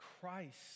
Christ